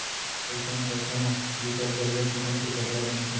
अइसन कपसा म बिकट बड़िहा किसम के कपड़ा बनथे